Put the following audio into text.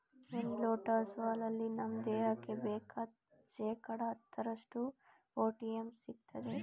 ಒಂದ್ ಲೋಟ ಹಸು ಹಾಲಲ್ಲಿ ನಮ್ ದೇಹಕ್ಕೆ ಬೇಕಾದ್ ಶೇಕಡಾ ಹತ್ತರಷ್ಟು ಪೊಟ್ಯಾಶಿಯಂ ಸಿಗ್ತದೆ